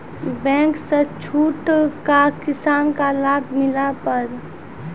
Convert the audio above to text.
Bank से छूट का किसान का लाभ मिला पर?